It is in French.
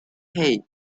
hey